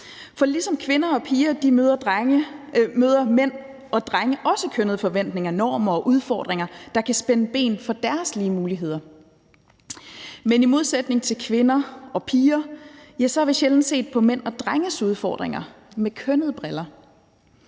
ligesom kvinder og piger møder mænd og drenge også kønnede forventninger, normer og udfordringer, der kan spænde ben for deres lige muligheder. Men i modsætning til kvinder og piger har vi sjældent set på mænd og drenges udfordringer med kønnede briller,